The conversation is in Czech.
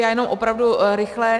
Já jenom opravdu rychle.